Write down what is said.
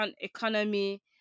economy